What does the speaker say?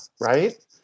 Right